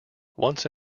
once